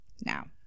now